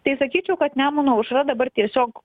tai sakyčiau kad nemuno aušra dabar tiesiog